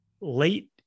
late